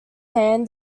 hand